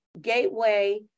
Gateway